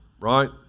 right